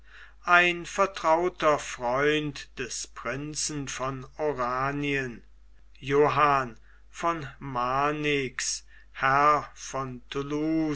ein vertrauter freund des prinzen von oranien johann von marnix herr von